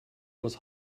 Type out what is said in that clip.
was